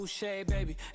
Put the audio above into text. baby